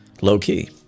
low-key